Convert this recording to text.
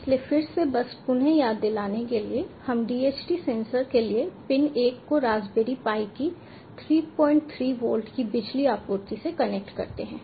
इसलिए फिर से बस पुन याद दिलाने के लिए हम DHT सेंसर के पिन 1 को रास्पबेरी पाई की 33 वोल्ट की बिजली आपूर्ति से कनेक्ट करते हैं